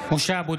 (קורא בשמות חברי הכנסת) משה אבוטבול,